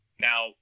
now